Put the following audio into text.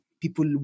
people